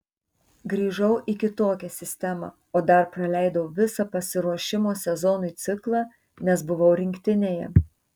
grįžau į kitokią sistemą o dar praleidau visą pasiruošimo sezonui ciklą nes buvau rinktinėje